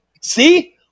See